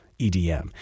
EDM